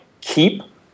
keep